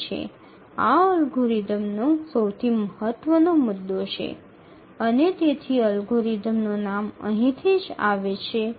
এটি অ্যালগরিদমের সমস্যা এবং তাই অ্যালগরিদমের নামটি এখান থেকে আসে